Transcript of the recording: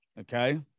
okay